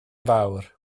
fawr